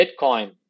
Bitcoin